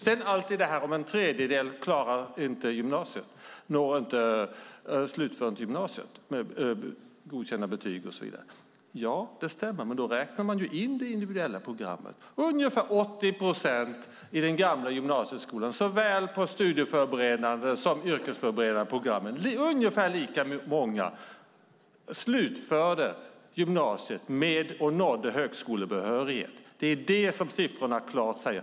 Det sägs att en tredjedel inte slutför gymnasiet med godkända betyg och så vidare. Ja, det stämmer. Men då räknar man in det individuella programmet. Ungefär 80 procent i den gamla gymnasieskolan i såväl de studieförberedande som de yrkesförberedande programmen, ungefär lika många, slutförde gymnasiet och nådde högskolebehörighet. Det är vad siffrorna klart säger.